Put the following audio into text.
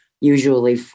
usually